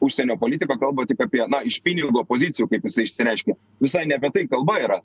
užsienio politiką kalba tik apie na iš pinigo pozicijų kaip jis išsireiškė visai ne apie tai kalba yra